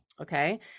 okay